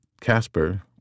Casper